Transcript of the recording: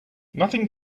nothing